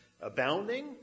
abounding